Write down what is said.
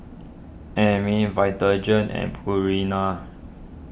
Vitagen and Purina